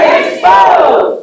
expose